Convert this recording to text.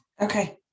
Okay